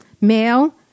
Male